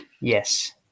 Yes